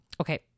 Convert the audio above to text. Okay